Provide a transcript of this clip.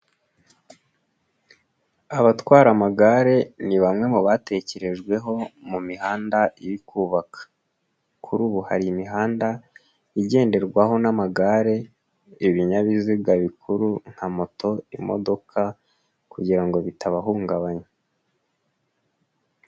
Abatwara amagare ni bamwe mu batekerejweho mu mihanda iri kubaka, kuri ubu hari imihanda igenderwaho n'amagare, ibinyabiziga bikuru nka moto, imodoka kugira ngo bitabahungabanya.